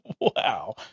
Wow